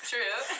True